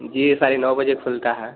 जी साढ़े नौ बजे खुलता है